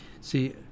See